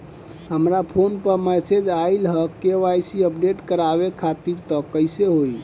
हमरा फोन पर मैसेज आइलह के.वाइ.सी अपडेट करवावे खातिर त कइसे होई?